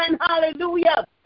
hallelujah